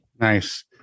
Nice